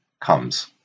comes